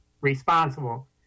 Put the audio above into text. responsible